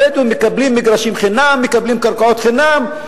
הבדואים מקבלים מגרשים חינם, מקבלים קרקעות חינם.